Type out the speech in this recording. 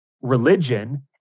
religion